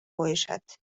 коюшат